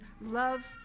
love